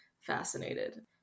fascinated